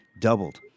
doubled